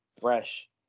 fresh